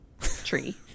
tree